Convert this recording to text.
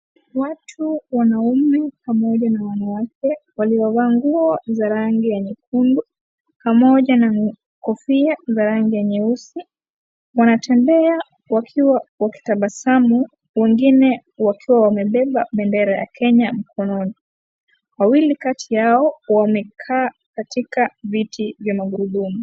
Watu wanaume pamoja wanawake, waliovaa nguo za rangi ya nyekundu, pamoja na kofia za rangi nyeusi. Wanatembea wakiwa wakitabasamu, wengine wakiwa wamebeba bendera ya Kenya. Wawili kati yao, wamekaa katika viti vya magurudumu.